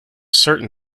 certain